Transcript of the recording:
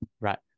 Right